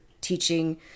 teaching